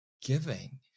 giving